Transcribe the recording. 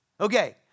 okay